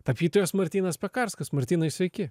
tapytojas martynas pakarskas martynai sveiki